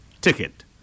ticket